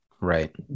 Right